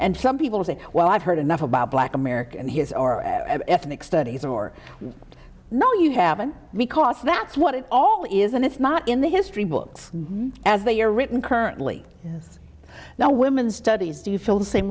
and some people say well i've heard enough about black america and his or ethnic studies or no you haven't because that's what it all is and it's not in the history books as they are written currently now women's studies do you feel the same